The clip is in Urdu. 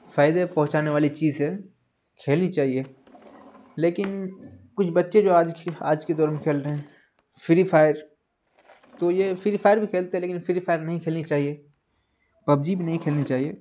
فائدے پہنچانے والی چیز ہے کھیلنی چاہیے لیکن کچھ بچے جو آج آج کے دور میں کھیل رہے ہیں فری فائر تو یہ فری فائر بھی کھیلتے ہیں لیکن فری فائر نہیں کھیلنی چاہیے پبجی بھی نہیں کھیلنی چاہیے